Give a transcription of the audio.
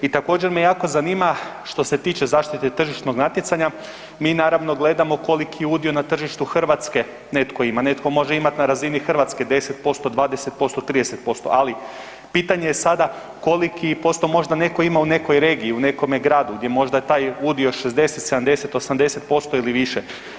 I također me jako zanima što se tiče zaštite tržišnog natjecanja, mi naravno gledamo koliko udio na tržištu Hrvatske netko ima, netko može imat na razini Hrvatske 10%, 20%, 30% ali pitanje je sada koliki posto možda netko ima u nekoj regiji, u nekome gradu gdje možda je taj udio 60, 70, 80% ili više?